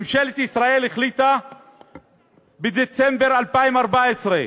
ממשלת ישראל החליטה בדצמבר 2014,